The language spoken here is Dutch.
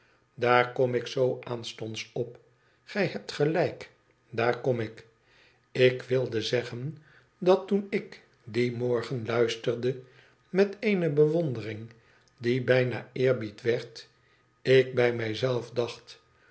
daar kom ik zoo aanstonds op gij hebt gelijk daar kom ik op ik wilde zeggen dat toen ik dien morgen luisterde met eene bewondering die bijna eerbied werd ik bij mij zelf dacht